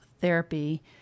therapy